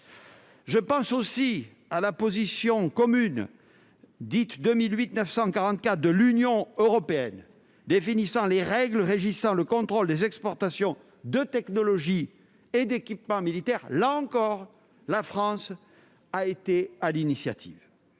Je pense aussi à la position commune 2008/944 de l'Union européenne définissant les règles régissant le contrôle des exportations de technologie et d'équipements militaires. Là encore, la France a été à l'initiative